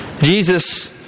Jesus